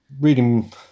Reading